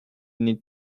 need